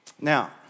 Now